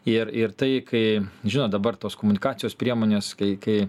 ir ir tai kai žinot dabar tos komunikacijos priemonės kai kai